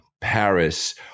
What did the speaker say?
Paris